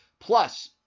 plus